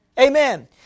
Amen